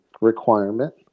requirement